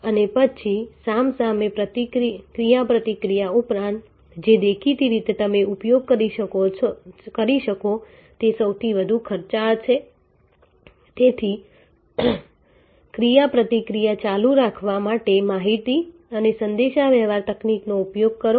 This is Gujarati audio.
અને પછી સામ સામે ક્રિયાપ્રતિક્રિયા ઉપરાંત જે દેખીતી રીતે તમે ઉપયોગ કરી શકો તે સૌથી વધુ ખર્ચાળ છે તેથી ક્રિયાપ્રતિક્રિયા ચાલુ રાખવા માટે માહિતી અને સંદેશાવ્યવહાર તકનીકનો ઉપયોગ કરો